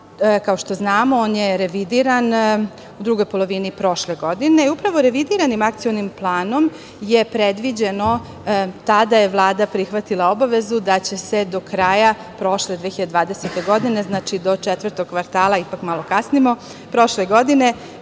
Kao što znamo, on je revidiran u drugoj polovini prošle godine i upravo revidiranim Akcionim planom je predviđeno, tada je Vlada prihvatila obavezu da će se do kraja prošle, 2020. godine, znači, do četvrtog kvartala, ipak malo kasnimo, prošle godine